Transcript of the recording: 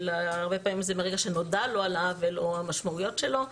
אלא הרבה פעמים זה מרגע שנודע לו על עוול או המשמעויות שלו.